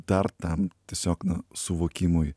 dar tam tiesiog na suvokimui